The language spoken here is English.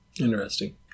Interesting